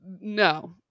No